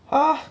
ah